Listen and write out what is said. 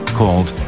called